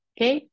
Okay